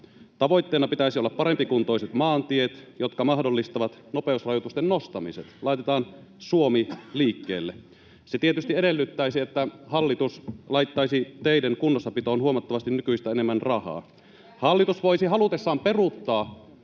Tavoitteena pitäisi olla parempikuntoiset maantiet, jotka mahdollistavat nopeusrajoitusten nostamiset. Laitetaan Suomi liikkeelle. Se tietysti edellyttäisi, että hallitus laittaisi teiden kunnossapitoon huomattavasti nykyistä enemmän rahaa. Hallitus voisi halutessaan peruuttaa